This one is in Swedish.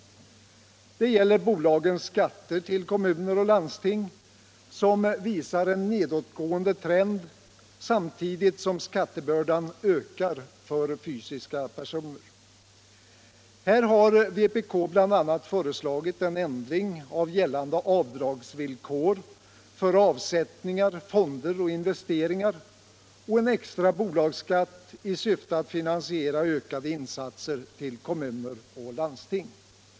Det gäller bolagens skatter till kommuner och landsting, som visar en nedåtgående trend samtidigt som skattebördan ökar för fysiska personer. Här har vpk bl.a. föreslagit en ändring av gällande avdragsvillkor för avsättningar, fonder och investeringar och en extra bolagsskatt i syfte att finansiera ökade insatser till kommuner och landsting.